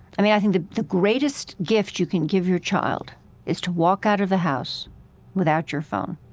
i mean, i think the the greatest gift you can give your child is to walk out of the house without your phone.